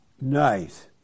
Nice